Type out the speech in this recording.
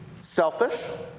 selfish